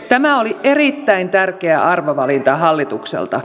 tämä oli erittäin tärkeä arvovalinta hallitukselta